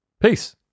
Peace